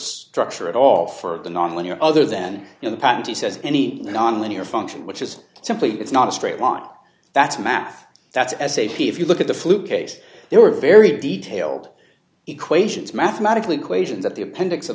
structure at all for the nonlinear other than in the patent he says any non linear function which is simply it's not a straight line that's math that's as safe if you look at the flu case they were very detailed equations mathematical equations at the appendix